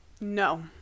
No